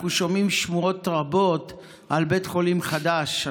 אנחנו שומעים שמועות רבות על בית חולים חדש,